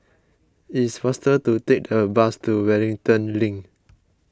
it is faster to take a bus to Wellington Link